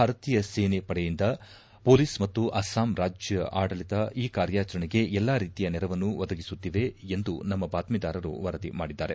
ಭಾರತೀಯ ಸೇನೆಪಡೆಯಿಂದ ಮೊಲೀಸ್ ಮತ್ತು ಅಸ್ಲಾಂ ರಾಜ್ಯ ಆಡಳಿತ ಈ ಕಾರ್ಯಾಚರಣೆಗೆ ಎಲ್ಲಾ ರೀತಿಯ ನೆರವನ್ನು ಒದಗಿಸುತ್ತಿವೆ ಎಂದು ನಮ್ಮ ಬಾತ್ಮೀದಾರರು ವರದಿ ಮಾಡಿದ್ದಾರೆ